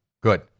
Good